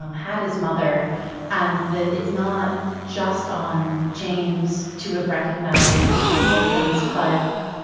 um had his mother and that it's not just on james to have recognized these symptoms but